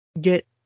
get